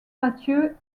mathieu